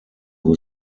who